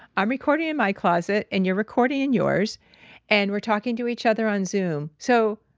i'm recording in my closet and you're recording in yours and we're talking to each other on zoom. so,